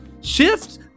shift